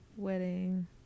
Wedding